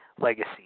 legacy